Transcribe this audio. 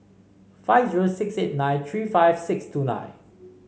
five zero six eight nine three five six two nine